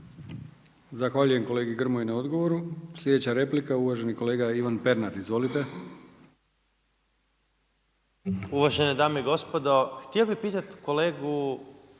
Zahvaljujem kolegi Grmoji na odgovoru. Sljedeća replika uvaženi kolega Ivan Pernar. Izvolite. **Pernar, Ivan (Živi zid)** Uvažene dame i gospodo. Htio bi pitati kolegu